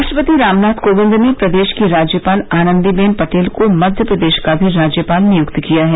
राष्ट्रपति रामनाथ कोविंद ने प्रदेश की राज्यपाल आनंदी बेन पटेल को मध्य प्रदेश का भी राज्यपाल नियुक्त किया है